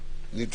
נגיע לסעיף שלנו.